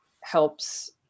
helps